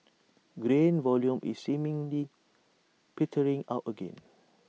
grain volume is seemingly petering out again